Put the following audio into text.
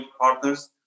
partners